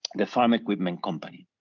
the farm equipment company.